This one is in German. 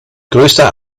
größter